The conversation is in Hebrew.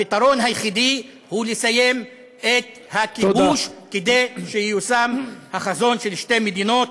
הפתרון היחיד הוא לסיים את הכיבוש כדי שייושם החזון של שתי מדינות.